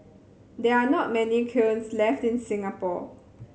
there are not many kilns left in Singapore